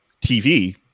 TV